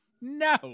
No